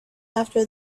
after